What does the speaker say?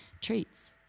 treats